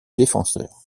défenseur